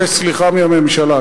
אבקש סליחה מהממשלה,